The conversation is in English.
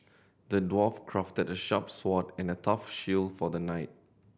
the dwarf crafted a sharp sword and a tough shield for the knight